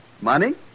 Money